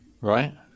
Right